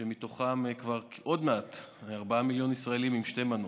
ומתוכן עוד מעט 4 מיליון ישראלים עם שתי מנות.